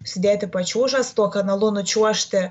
užsidėti pačiūžas tuo kanalu nučiuožti